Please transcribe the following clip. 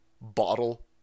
bottle